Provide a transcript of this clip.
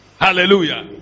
Hallelujah